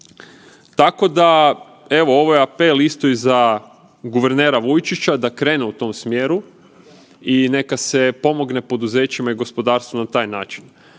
Tako da evo ovo je apel isto i za guvernera Vujčića, da krene u tom smjeru i neka se pomogne poduzećima i gospodarstvu na taj način.